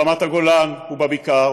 ברמת הגולן ובבקעה,